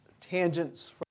tangents